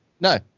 no